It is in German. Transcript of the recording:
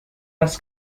was